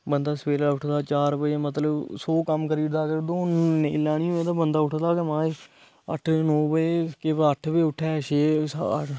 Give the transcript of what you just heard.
बंदा सवेला उठदा चार बजे मतलब सौ कम्म करी ओड़दा दौड़ नेई लानी होऐ ते बंदा उठदा अट्ठ बजे नौ बजे केईं बारी अट्ठ बजे उट्ठे छे बजे